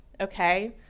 Okay